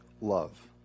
love